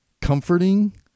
comforting